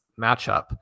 matchup